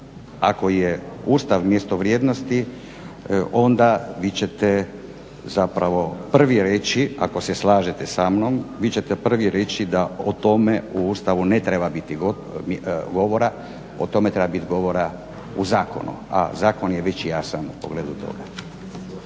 ako je Ustav mjesto vrijednosti onda vi ćete zapravo prvi reći, ako se slažete sa mnom, vi ćete prvi reći da o tome u Ustavu ne treba biti govora, o tome treba biti govora u Zakonu, a zakon je već jasan u pogledu toga.